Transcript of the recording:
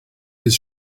his